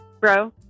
bro